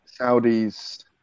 Saudis